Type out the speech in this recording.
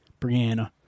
Brianna